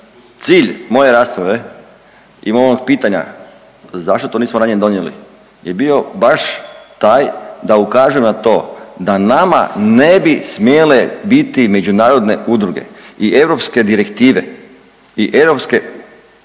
cilj moje rasprave i mog pitanja zašto to nismo ranije donijeli je bio baš taj da ukažem na to da nama ne bi smjele biti međunarodne udruge i europske direktive i europske